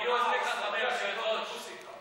חברת נייס הודיעה שהיא לא תטוס איתם.